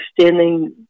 extending